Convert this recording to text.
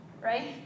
Right